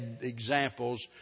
examples